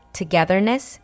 togetherness